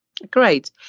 Great